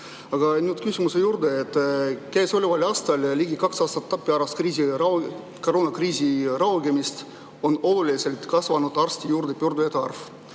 Aga nüüd küsimuse juurde. Käesoleval aastal, ligi kaks aastat pärast koroonakriisi raugemist, on oluliselt kasvanud arsti poole pöördujate arv.